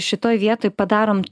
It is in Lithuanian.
šitoj vietoj padarom